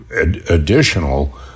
additional